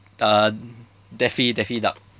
uh daffy daffy duck